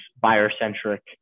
buyer-centric